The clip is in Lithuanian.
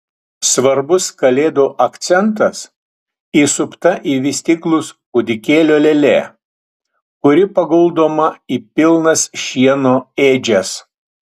svarbus kalėdų akcentas įsupta į vystyklus kūdikėlio lėlė kuri paguldoma į pilnas šieno ėdžias